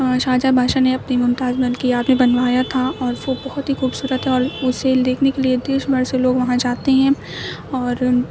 شاہجہاں بادشاہ نے اپنی ممتاز محل کی یاد میں بنوایا تھا اور وہ بہت ہی خوبصورت ہے اور اسے دیکھنے کے لیے دیش بھر سے لوگ وہاں جاتے ہیں اور